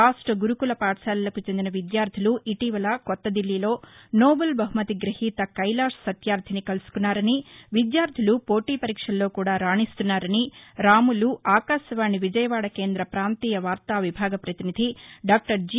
రాష్ట గురుకుల పాఠశాలలకు చెందిన విద్యార్దలు ఇటీవల కొత్త దిల్లీలో నోబుల్ బహుమతి గ్రహీత కైలాష్ సత్యార్దిని కలుసుకున్నారని విద్యార్లు పోటీ పరీక్షల్లో కూడా రాణిస్తున్నారని రాములు ఆకాశవాణి విజయవాడకేంద్ర ప్రాంతీయ వార్తా విభాగ పతినిధి డాక్టర్ జి